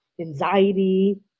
anxiety